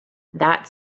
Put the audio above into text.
that